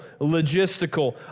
logistical